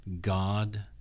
God